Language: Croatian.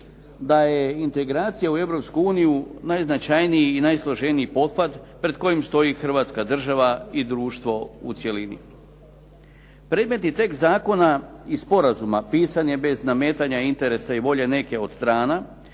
da je integracija u Europsku uniju najznačajniji i najsloženiji pothvat pred kojim stoji Hrvatska država i društvo u cjelini. Predmetni tekst zakona i sporazuma pisan je bez nametanja interesa i volje neke od strana